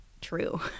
true